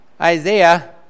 Isaiah